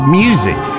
music